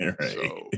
Right